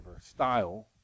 style